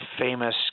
famous